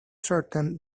certain